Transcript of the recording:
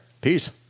Peace